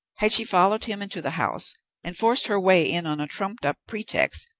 had she followed him into the house and forced her way in on a trumped-up pretext,